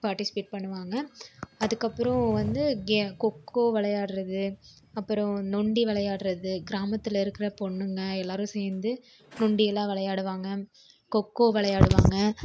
participate பண்ணுவாங்க அதுக்கப்பறம் வந்து கொக்கோ விளையாடுறது அப்புறம் நொண்டி விளையாடுறது கிராமத்தில் இருக்கிற பொண்ணுங்கள் எல்லோரும் சேர்ந்து நொண்டியெல்லாம் விளையாடுவாங்க கொக்கோ விளையாடுவாங்க